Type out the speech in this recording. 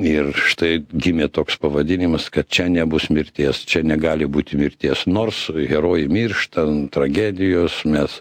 ir štai gimė toks pavadinimas kad čia nebus mirties čia negali būti mirties nors herojui mirštant tragedijos mes